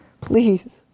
Please